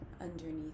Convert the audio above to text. underneath